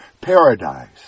paradise